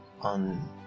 on